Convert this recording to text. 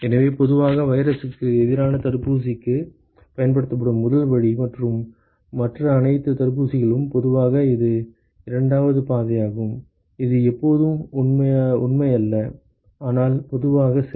எனவே பொதுவாக வைரஸுக்கு எதிரான தடுப்பூசிக்கு பயன்படுத்தப்படும் முதல் வழி மற்றும் மற்ற அனைத்து தடுப்பூசிகளும் பொதுவாக இது இரண்டாவது பாதையாகும் இது எப்போதும் உண்மையல்ல ஆனால் பொதுவாக சரி